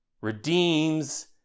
redeems